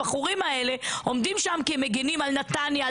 הבחורים האלה עומדים שם כי הם מגנים על נתניה,